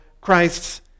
Christ's